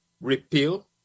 repeal